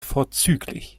vorzüglich